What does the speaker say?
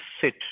sit